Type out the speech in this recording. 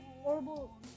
horrible